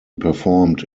performed